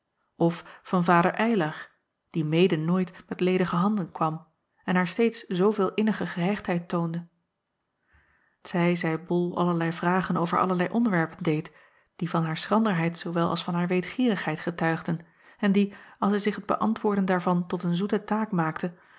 of van vader ylar acob van ennep laasje evenster delen die mede nooit met ledige handen kwam en haar steeds zooveel innige gehechtheid toonde t zij zij ol allerlei vragen over allerlei onderwerpen deed die van haar schranderheid zoowel als van haar weetgierigheid getuigden en die als hij zich het beäntwoorden daarvan tot een zoete taak maakte